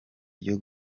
ryo